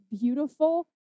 beautiful